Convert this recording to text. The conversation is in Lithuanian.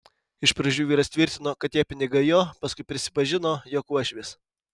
iš pradžių vyras tvirtino kad tie pinigai jo paskui prisipažino jog uošvės